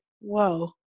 whoa